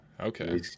Okay